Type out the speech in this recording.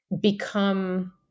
become